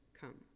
come